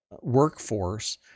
workforce